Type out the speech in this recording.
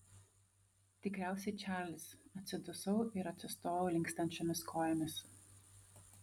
tikriausiai čarlis atsidusau ir atsistojau linkstančiomis kojomis